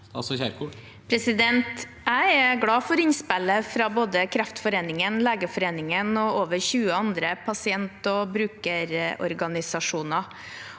Jeg er glad for innspillene fra både Kreftforeningen, Legeforeningen og over 20 andre pasient- og brukerorganisasjoner,